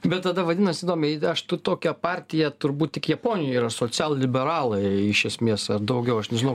bet tada vadinas įdomiai aš tokia partija turbūt tik japonijoj yra socialliberalai iš esmės ar daugiau aš nežinau